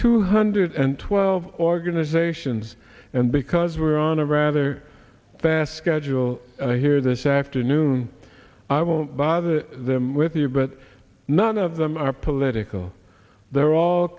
two hundred and twelve organizations and because we're on a rather fast schedule here this afternoon i won't bother them with you but none of them are political they're all